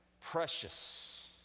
precious